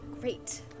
Great